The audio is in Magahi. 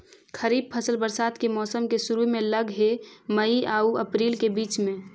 खरीफ फसल बरसात के मौसम के शुरु में लग हे, मई आऊ अपरील के बीच में